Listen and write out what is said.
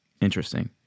Interesting